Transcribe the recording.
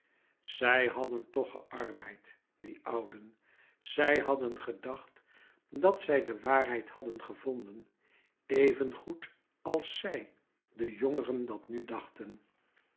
zij hadden toch geärbeid die ouden zij hadden gedacht dat zij de waarheid hadden gevonden even goed als zij de jongeren dat nu dachten